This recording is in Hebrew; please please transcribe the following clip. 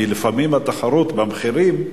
כי לפעמים התחרות במחירים,